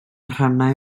rhannau